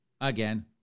again